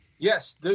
Yes